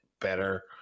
better